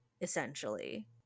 essentially